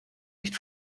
nicht